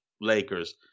Lakers